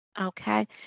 Okay